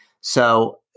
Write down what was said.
So-